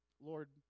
Lord